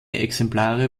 exemplare